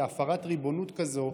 בהפרת ריבונות כזאת,